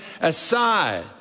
aside